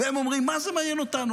והם אומרים: מה זה מעניין אותנו?